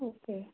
okay